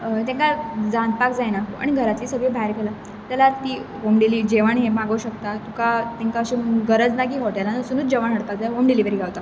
तेंकां जाणपाक जायना आनी घरांतलीं सगळीं भायर गेला जाल्यार ती गुंडेली जेवण हें मागो शकता तुका तेंकां अशें गरज ना की हॉटेलान वसुनूत जेवाण हाडपाक जाय होम डिलिवरी गावता